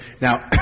Now